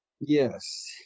Yes